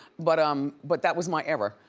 but um but that was my error,